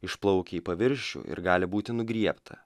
išplaukia į paviršių ir gali būti nugriebta